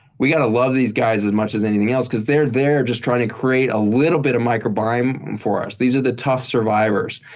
we got to love these guys as much as anything else because they're there just to create a little bit of microbiome for us. these are the tough survivors.